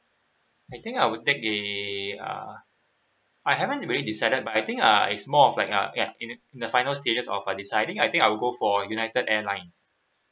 I think I will take the uh I haven't really decided but I think uh it's more of like uh ya in the final serious of about deciding I think I'll go for United Airlines